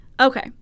Okay